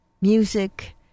music